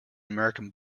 american